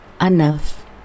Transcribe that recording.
Enough